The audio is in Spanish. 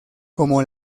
como